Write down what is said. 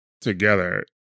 together